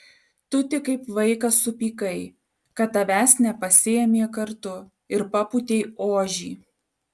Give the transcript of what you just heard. tu tik kaip vaikas supykai kad tavęs nepasiėmė kartu ir papūtei ožį